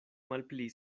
malpli